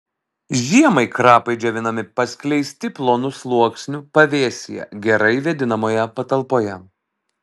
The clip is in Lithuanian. žiemai krapai džiovinami paskleisti plonu sluoksniu pavėsyje gerai vėdinamoje patalpoje